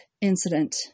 incident